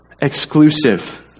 exclusive